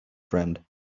friend